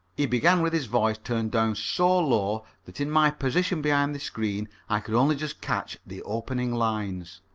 he began with his voice turned down so low that in my position behind the screen i could only just catch the opening lines